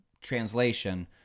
translation